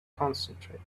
concentrate